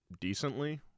decently